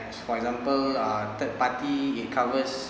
for example uh third party it covers